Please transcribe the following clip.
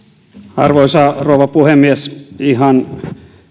arvoisa rouva puhemies ihan